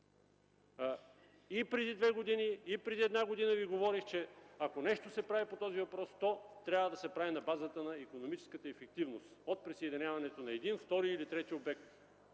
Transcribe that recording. И преди две години, и преди една година Ви говорих, че ако нещо се прави по този въпрос, то трябва да се прави на базата на икономическата ефективност от присъединяването на един, втори или трети обект.